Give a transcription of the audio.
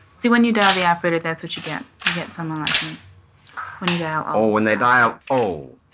see, when you dial the operator, that's what you get. you get someone like me when you dial o oh, when they dial o,